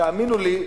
תאמינו לי,